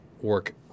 work